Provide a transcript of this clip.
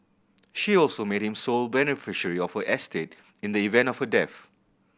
she also made him sole beneficiary of her estate in the event of her death